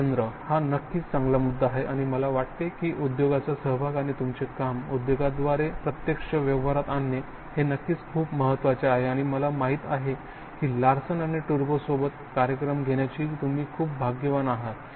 सुरेंद्र हा नक्कीच चांगला मुद्दा आहे आणि मला वाटते की उद्योगाचा सहभाग आणि तुमचे काम उद्योगाद्वारे प्रत्यक्ष व्यवहारात आणणे हे नक्कीच खूप महत्वाचे आहे आणि मला माहित आहे की लार्सन आणि टुब्रो सोबत कार्यक्रम घेण्याचे तुम्ही खूप भाग्यवान आहात